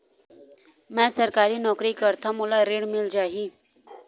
मै सरकारी नौकरी करथव मोला ऋण मिल जाही?